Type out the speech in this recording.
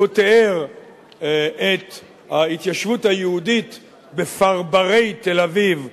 הוא תיאר את ההתיישבות היהודית בפרברי תל-אביב וירושלים,